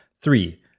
Three